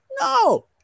No